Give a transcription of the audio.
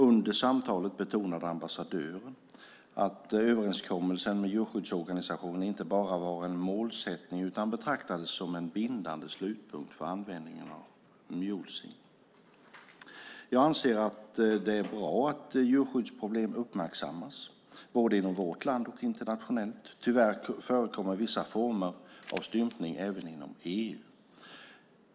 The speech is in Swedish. Under samtalet betonade ambassadören att överenskommelsen med djurskyddsorganisationerna inte bara var en målsättning utan betraktades som en bindande slutpunkt för användandet av mulesing . Jag anser att det är bra att djurskyddsproblem uppmärksammas, både inom vårt land och internationellt. Tyvärr förekommer vissa former av stympning även inom EU.